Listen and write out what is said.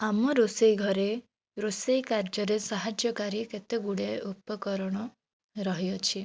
ଆମ ରୋଷେଇ ଘରେ ରୋଷେଇ କାର୍ଯ୍ୟରେ ସାହାର୍ଯ୍ୟକାରୀ କେତେ ଗୁଡ଼ିଏ ଉପକରଣ ରହିଅଛି